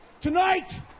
Tonight